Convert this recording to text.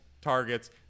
targets